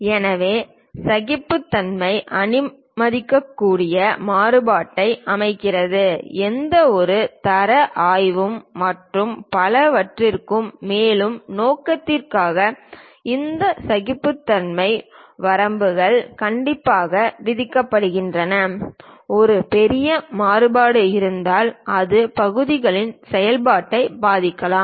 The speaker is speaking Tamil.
எனவே சகிப்புத்தன்மை அனுமதிக்கக்கூடிய மாறுபாட்டை அமைக்கிறது எந்தவொரு தர ஆய்வும் மற்றும் பலவற்றிற்கும் மேலும் நோக்கத்திற்காக இந்த சகிப்புத்தன்மை வரம்புகள் கண்டிப்பாக விதிக்கப்படுகின்றன ஒரு பெரிய மாறுபாடு இருந்தால் அது பகுதியின் செயல்பாட்டை பாதிக்கலாம்